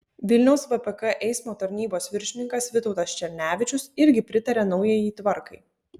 vilniaus vpk eismo tarnybos viršininkas vytautas černevičius irgi pritaria naujajai tvarkai